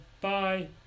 Bye